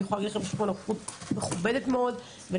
ואני יכולה להגיד לכם שיש פה נוכחות מכובדת מאוד ולקיחת